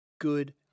good